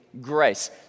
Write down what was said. grace